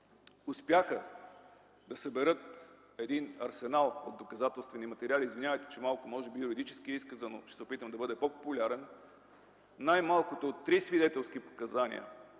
успяха да съберат един арсенал от доказателствени материали. Извинявайте, че може би изказът ми е малко юридически, но ще се опитам да бъде по-популярен. Най-малкото три свидетелски показания